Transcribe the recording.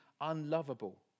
unlovable